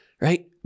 right